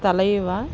తలైవా